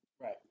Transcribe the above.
Right